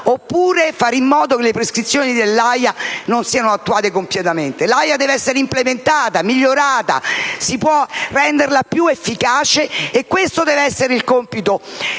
oppure fare in modo che le sue prescrizioni non siano attuate completamente. L'AIA deve essere implementata, migliorata, si può renderla più efficace e questo deve essere il compito